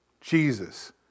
Jesus